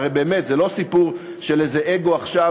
הרי באמת זה לא סיפור של איזה אגו עכשיו